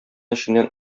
эченнән